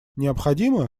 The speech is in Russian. необходимо